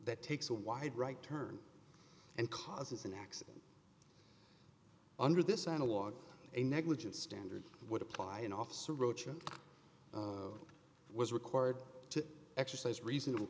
that takes a wide right turn and causes an accident under this analog a negligent standard would apply an officer roach or was required to exercise reasonable